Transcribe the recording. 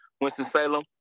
Winston-Salem